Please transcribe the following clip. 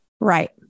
Right